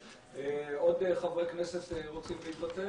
חבר הכנסת עלי סלאלחה,